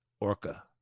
orca